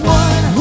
one